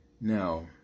Now